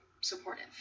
supportive